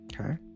Okay